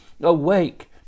awake